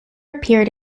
appeared